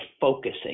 focusing